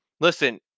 Listen